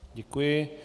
Děkuji.